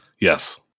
Yes